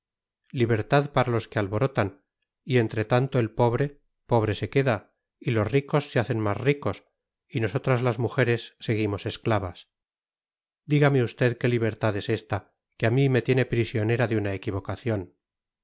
libertad para los que alborotan y entre tanto el pobre pobre se queda y los ricos se hacen más ricos y nosotras las mujeres seguimos esclavas dígame usted qué libertad es esta que a mí me tiene prisionera de una equivocación